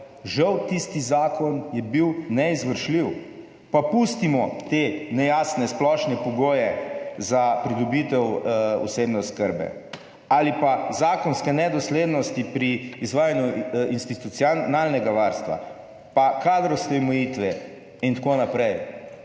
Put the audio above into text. Žal tisti zakon je bil neizvršljiv. Pa pustimo te nejasne splošne pogoje za pridobitev osebne oskrbe ali pa zakonske nedoslednosti pri izvajanju institucionalnega varstva, pa kadrovske omejitve in tako naprej,